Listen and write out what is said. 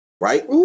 right